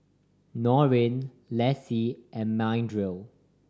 Norine Lacie and Mildred